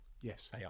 yes